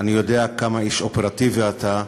אני יודע כמה איש אופרטיבי אתה,